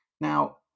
Now